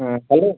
হ্যাঁ হ্যালো